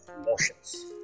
emotions